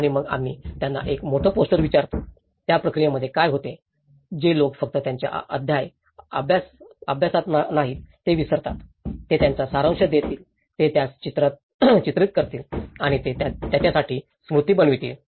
आणि मग आम्ही त्यांना एक मोठा पोस्टर विचारतो त्या प्रक्रियेमध्ये काय होते जे लोक फक्त त्यांचा अध्याय अभ्यासत नाहीत आणि ते विसरतात ते त्यांचा सारांश देतील ते त्यास चित्रित करतील आणि ते त्यांच्यासाठी स्मृती बनतील